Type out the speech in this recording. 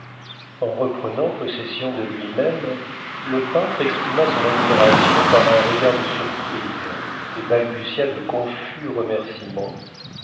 en reprenant possession de lui-même le peintre exprima son admiration par un regard de surprise et balbutia de confus remercîments